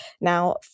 Now